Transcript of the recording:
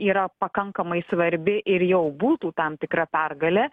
yra pakankamai svarbi ir jau būtų tam tikra pergalė